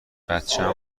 بچم